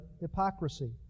Hypocrisy